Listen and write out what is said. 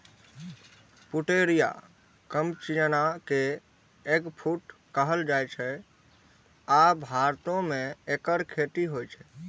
Pouteria कैम्पेचियाना कें eggfruit कहल जाइ छै, आ भारतो मे एकर खेती होइ छै